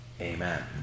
Amen